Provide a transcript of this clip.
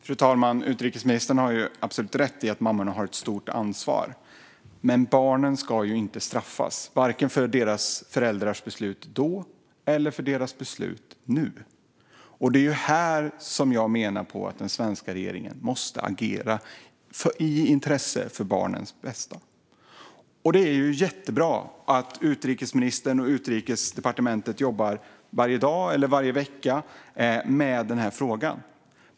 Fru talman! Utrikesministern har absolut rätt i att mammorna har ett stort ansvar. Men barnen ska inte straffas för vare sig sina föräldrars beslut då eller deras beslut nu. Det är här jag menar att den svenska regeringen måste agera i barnens intresse och för deras bästa. Det är jättebra att utrikesministern och Utrikesdepartementet jobbar med denna fråga varje dag eller varje vecka.